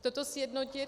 toto sjednotit.